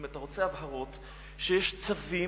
אם אתה רוצה הבהרות, שיש צווים,